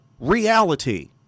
reality